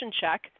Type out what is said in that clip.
check